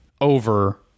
over